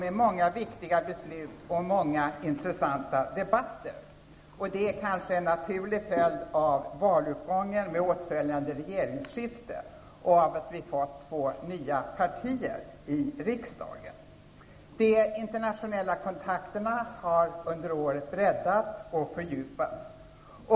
Det är kanske en naturlig följd av valutgången med åtföljande regeringsskifte och av att vi fått två nya partier i riksdagen. De internationella kontakterna har under året breddats och fördjupats.